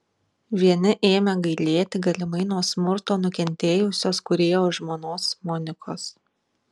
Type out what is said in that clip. vieni ėmė gailėti galimai nuo smurto nukentėjusios kūrėjo žmonos monikos